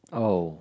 oh